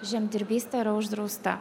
žemdirbystė yra uždrausta